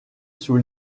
sous